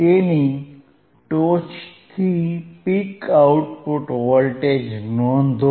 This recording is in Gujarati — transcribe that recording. તેની ટોચથી પીક આઉટપુટ વોલ્ટેજ નોંધો